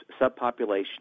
subpopulation